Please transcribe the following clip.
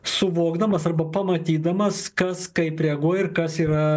suvokdamas arba pamatydamas kas kaip reaguoja ir kas yra